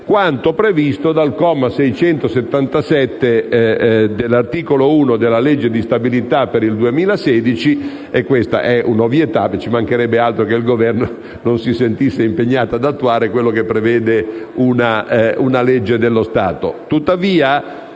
quanto previsto dal comma 677 dell'articolo 1 della legge di stabilità per il 2016 e questa è un'ovvietà: ci mancherebbe che il Governo non si sentisse impegnato ad attuare quanto prevede una legge dello Stato.